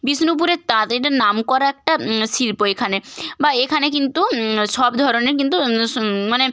বিষ্ণুপুরের তাঁত এটা নাম করা একটা শিল্প এখানে বা এখানে কিন্তু সব ধরনের কিন্তু মানে